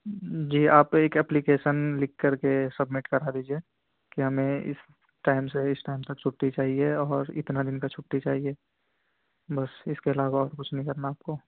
جی آپ ایک ایپلیکیشن لکھ کر کے سبمٹ کرا دیجیے کہ ہمیں اس ٹائم سے اس ٹائم تک چھٹی چاہیے اور اتنا دن کا چھٹی چاہیے بس اس کے علاوہ اور کچھ نہیں کرنا آپ کو